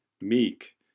meek